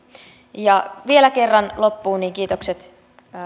ja vielä kerran loppuun kiitokset